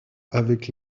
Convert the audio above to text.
avec